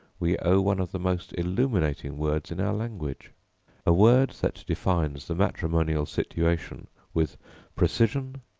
we owe one of the most illuminating words in our language a word that defines the matrimonial situation with precision,